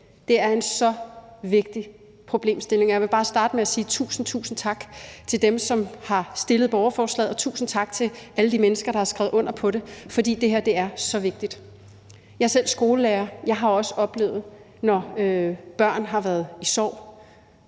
det er så vigtig en problemstilling. Jeg vil bare starte med at sige tusind, tusind tak til dem, som har stillet borgerforslaget, tusind tak til alle de mennesker, der har skrevet under på det, for det her er så vigtigt. Jeg er selv skolelærer, jeg har også oplevet, når børn har været i sorg,